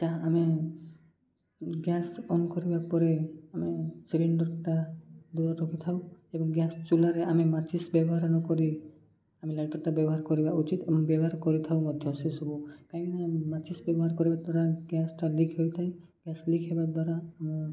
ଯାହା ଆମେ gas on କରିବା ପରେ ଆମେ ସିଲିଣ୍ଡର୍ଟା ଦୂର ରଖିଥାଉ ଏବଂ ଗ୍ୟାସ୍ ଚୁଲାରେ ଆମେ ମାଚିସ୍ ବ୍ୟବହାର ନକରି ଆମେ ଲାଇଟର୍ଟା ବ୍ୟବହାର କରିବା ଉଚିତ୍ ଏବଂ ବ୍ୟବହାର କରିଥାଉ ମଧ୍ୟ ସେସବୁ କାହିଁକିନା ମାଚିସ୍ ବ୍ୟବହାର କରିବା ଦ୍ୱାରା ଗ୍ୟାସ୍ଟା ଲିକ୍ ହୋଇଥାଏ ଗ୍ୟାସ୍ ଲିକ୍ ହେବା ଦ୍ୱାରା ଆମ